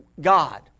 God